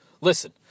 Listen